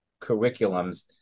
curriculums